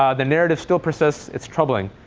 um the narrative still persists. it's troubling.